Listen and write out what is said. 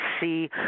see